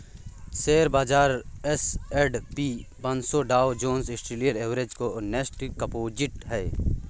share बाजार S and P पनसो Dow Jones industrial average और नैस्डैक कंपोजिट है